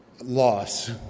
loss